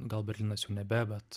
gal berlynas jau nebe bet